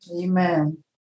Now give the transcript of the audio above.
Amen